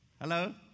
Hello